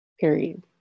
period